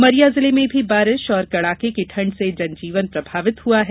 उमरिया जिले में भी बारिश और कड़ाके की ठंड से जनजीवन प्रभावित हुआ है